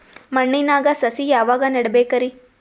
ಮಣ್ಣಿನಾಗ ಸಸಿ ಯಾವಾಗ ನೆಡಬೇಕರಿ?